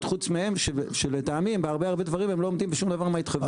חוץ מהם שלטעמי בהרבה דברים לא עומדים בשום דבר מההתחייבויות שלהם.